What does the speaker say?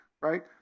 right